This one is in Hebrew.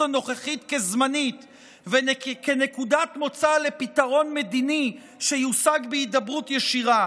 הנוכחית כזמנית וכנקודת מוצא לפתרון מדיני שיושג בהידברות ישירה.